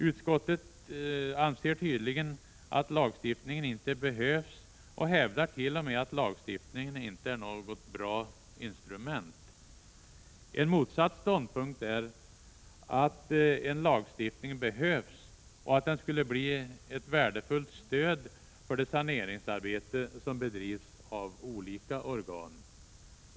Utskottet anser tydligen att lagstiftning inte behövs och hävdar t.o.m. att lagstiftning inte är något bra instrument. En motsatt ståndpunkt är att en lagstiftning behövs och att den skulle bli ett värdefullt stöd för det saneringsarbete som bedrivs av olika organ.